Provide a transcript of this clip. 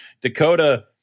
Dakota